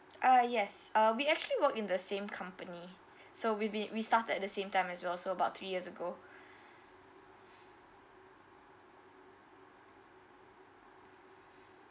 ah yes uh we actually work in the same company so we been we started at the same time as well so about three years ago